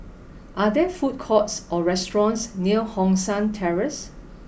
are there food courts or restaurants near Hong San Terrace